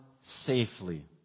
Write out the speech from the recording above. safely